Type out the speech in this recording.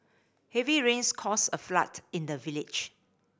heavy rains caused a flood in the village